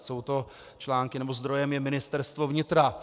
Jsou to články, nebo zdrojem je Ministerstvo vnitra.